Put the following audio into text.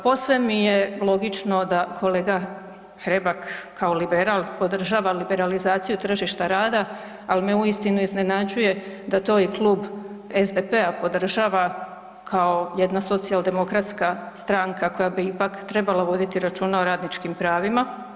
Posve mi je logično da kolega Hrebak kao liberal podržava liberalizaciju tržišta rada, ali me uistinu iznenađuje da to i klub SDP-a podržava kao jedna socijaldemokratska stranka koja bi ipak trebala voditi računa o radničkim pravima.